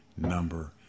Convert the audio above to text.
number